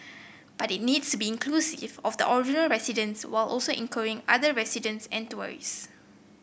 but it needs to be inclusive of the original residents while also including other residents and tourists